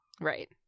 Right